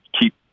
keep